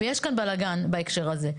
ויש כאן בלגן בהקשר הזה.